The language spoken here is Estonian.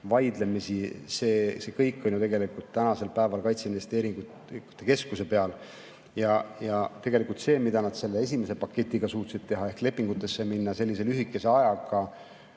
vaidlemisi – see kõik on ju tegelikult tänasel päeval kaitseinvesteeringute keskuse peal. Tegelikult see, mida nad selle esimese paketiga suutsid teha ehk lepingutesse minna sellise lühikese ajaga